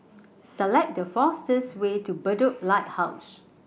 Select The fastest Way to Bedok Lighthouse